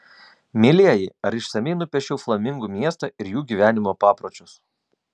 mielieji ar išsamiai nupiešiau flamingų miestą ir jų gyvenimo papročius